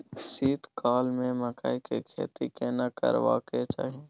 शीत काल में मकई के खेती केना करबा के चाही?